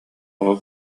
оҕо